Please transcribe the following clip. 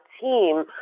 team